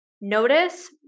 notice